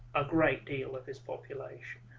a great deal of this population